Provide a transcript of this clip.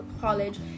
college